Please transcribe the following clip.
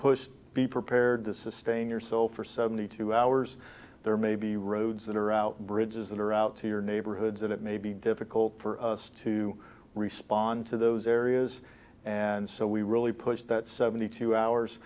pushed be prepared to sustain yourself for seventy two hours there may be roads that are out bridges that are out to your neighborhoods and it may be difficult for us to respond to those areas and so we really push that seventy two hours